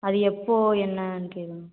அது எப்போது என்னென்னு கேள்